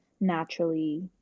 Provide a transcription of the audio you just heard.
naturally